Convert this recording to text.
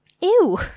Ew